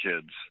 kids